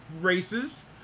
races